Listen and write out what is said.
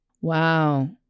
wow